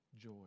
joy